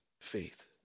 faith